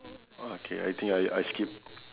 okay I think I I skip